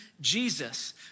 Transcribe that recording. Jesus